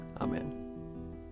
Amen